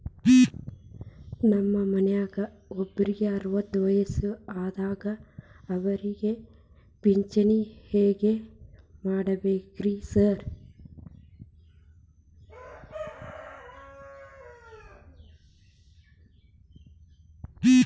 ನಮ್ ಮನ್ಯಾಗ ಒಬ್ರಿಗೆ ಅರವತ್ತ ವರ್ಷ ಆಗ್ಯಾದ ಅವ್ರಿಗೆ ಪಿಂಚಿಣಿ ಹೆಂಗ್ ಮಾಡ್ಸಬೇಕ್ರಿ ಸಾರ್?